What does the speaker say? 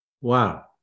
Wow